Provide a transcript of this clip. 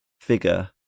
figure